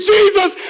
Jesus